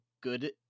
good